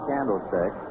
Candlestick